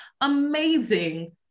amazing